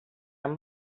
amb